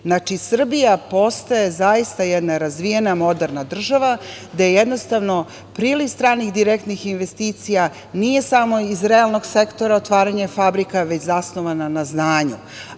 Srbija postaje zaista, jedna razvijena moderna država, gde jednostavno priliv stranih direktnih investicija nije samo iz realnog sektora otvaranje fabrika, već zasnovana na znanju.